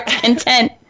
content